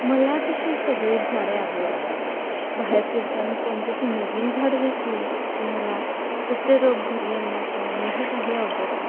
मला तशी सगळीच झाडे आवडतात बाहेर फिरताना कोणतेही नवीन झाडं दिसले की मला तसे रोप घरी आणण्याचा मोह काही आवरत नाही